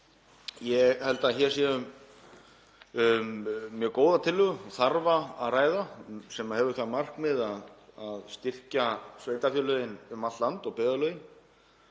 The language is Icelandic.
Ég held að hér sé um mjög góða og þarfa tillögu að ræða sem hefur það markmið að styrkja sveitarfélögin um allt land og byggðarlögin.